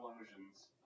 explosions